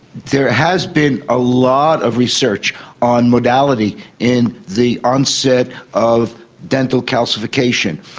there has been a lot of research on modality in the onset of dental calcification.